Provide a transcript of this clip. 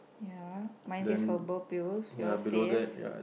ya my say herbal pills your says